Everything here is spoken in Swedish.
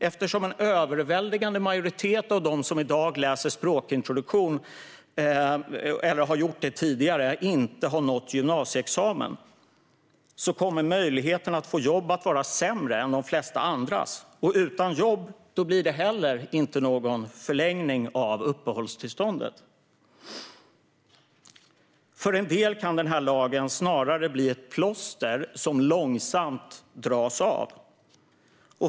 Eftersom en överväldigande majoritet av dem som i dag läser språkintroduktion eller har gjort det tidigare inte har nått gymnasieexamen kommer deras möjligheter att få jobb att vara sämre än de flesta andras. Och utan jobb blir det inte heller någon förlängning av uppehållstillståndet. För en del kan lagen snarare bli ett plåster som långsamt dras av.